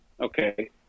okay